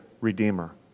redeemer